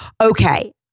Okay